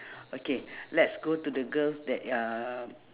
okay let's go to the girls that uhh